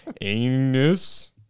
Anus